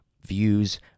views